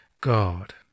God